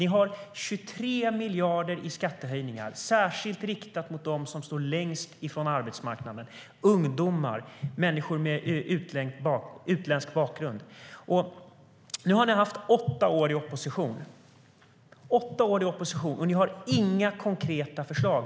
Ni har 23 miljarder i skattehöjningar, särskilt riktat mot dem som står längst från arbetsmarknaden - ungdomar och människor med utländsk bakgrund. Nu har ni haft åtta år i opposition, och ni har inga konkreta förslag.